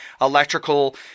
electrical